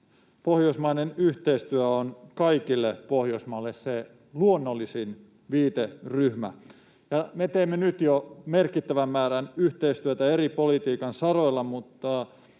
Pohjoismainen yhteistyö on kaikille Pohjoismaille se luonnollisin viiteryhmä, ja me teemme nyt jo merkittävän määrän yhteistyötä eri politiikan saroilla, ja